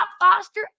Foster